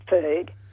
food